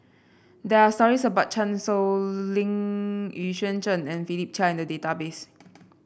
there are stories about Chan Sow Lin Xu Yuan Zhen and Philip Chia in the database